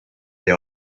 the